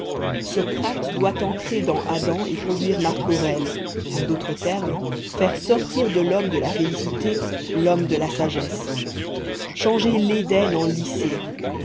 socrate doit entrer dans adam et produire marc-aurèle en d'autres termes faire sortir de l'homme de la félicité l'homme de la sagesse changer l'eden en lycée